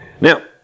Now